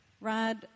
Rod